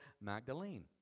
Magdalene